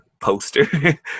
poster